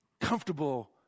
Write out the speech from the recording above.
comfortable